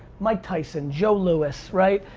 mike tyson, joe lewis, right?